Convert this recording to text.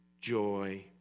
joy